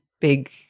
big